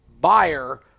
buyer